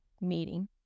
meeting